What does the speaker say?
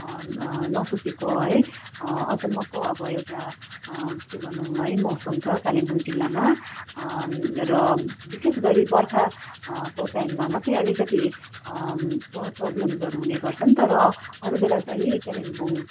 नसोचेको है अचम्मको अब एउटा के भनौँ है मौसम छ कालिम्पोङ जिल्लामा र विशेष गरी बर्खा को टाइममा मतै अलिकति प्र प्रबलम्सहरू हुने गर्छन् तर अरू बेला चाहिँ कालिम्पोङ